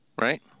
right